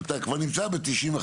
אתה כבר נמצא ב-95,